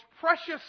precious